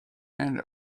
and